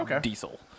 diesel